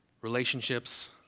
relationships